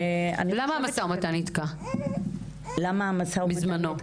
למה נתקע המשא ומתן בזמנו?